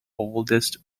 oldest